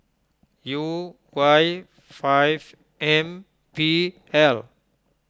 U Y five M P L